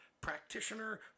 practitioner